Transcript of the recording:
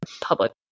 public